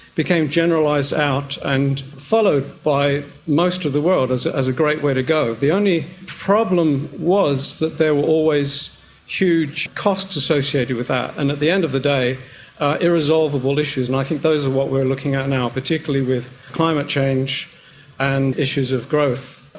became generalised out and followed by most of the world as as a great way to go. the only problem was that there were always huge costs associated with that, and at the end of the day irresolvable issues, and i think those are what we are looking at now, particularly with climate change and issues of growth,